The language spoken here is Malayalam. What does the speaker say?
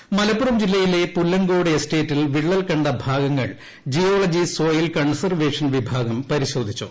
വിള്ളൽ മലപ്പുറം ജില്ലയിലെ പുല്ലങ്കോട് എസ്റ്റേറ്റിൽ വിള്ളൽ കണ്ട ഭാഗങ്ങൾ ജിയോളജി സോയിൽ കൺസർവേഷൻ വിഭാഗം പരിശോധിച്ചു